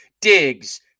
Diggs